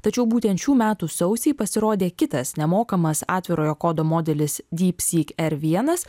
tačiau būtent šių metų sausį pasirodė kitas nemokamas atvirojo kodo modelis dypsyk r vienas